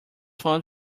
font